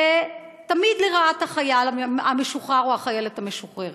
תמיד לרעת החייל המשוחרר או החיילת המשוחררת.